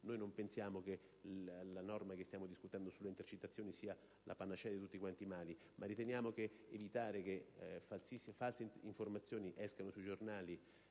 cui non pensiamo che la normativa che stiamo discutendo sulle intercettazioni sia la panacea di tutti i mali; ma riteniamo che evitare che false informazioni vengano pubblicate